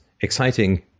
exciting